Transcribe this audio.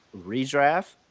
redraft